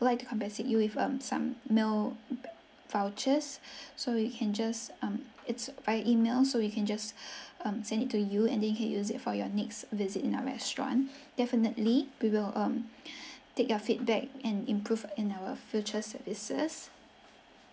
like to compensate you with um some meal vouchers so we can just um it's by email so we can just um send it to you and then you can use it for your next visit in our restaurant definitely we will um take your feedback and improve in our future services